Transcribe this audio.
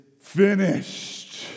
finished